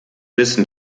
wissen